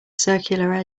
circular